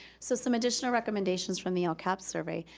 so some additional recommendations from the lcap survey.